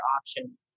option